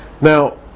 Now